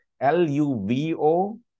l-u-v-o